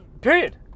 period